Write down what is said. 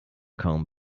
kaum